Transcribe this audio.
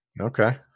okay